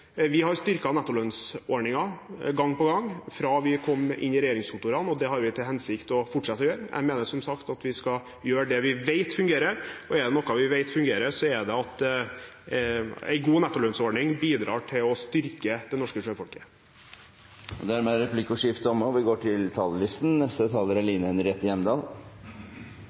Vi har styrket nettolønnsordningen gang på gang, fra vi kom inn i regjeringskontorene, og det har vi til hensikt å fortsette å gjøre. Jeg mener som sagt at vi skal gjøre det vi vet fungerer, og er det noe vi vet fungerer, er det at en god nettolønnsordning bidrar til å styrke norske sjøfolk. Replikkordskiftet er dermed omme.